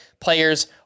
players